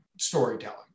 storytelling